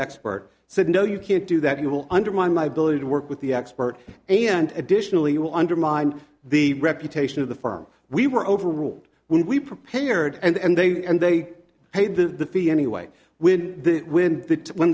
expert said no you can't do that you will undermine my ability to work with the expert and additionally you will undermine the reputation of the firm we were overruled when we prepared and they and they paid the fee anyway when the when the when